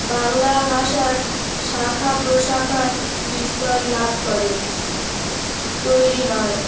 বাংলা ভাষার শাখা প্রশাখার বিস্তার লাভ করে তৈরি হয়